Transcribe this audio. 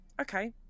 okay